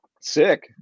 sick